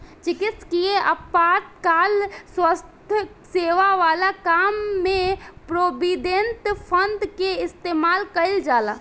चिकित्सकीय आपातकाल स्वास्थ्य सेवा वाला काम में प्रोविडेंट फंड के इस्तेमाल कईल जाला